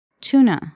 tuna